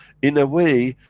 in a way,